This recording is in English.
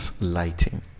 lighting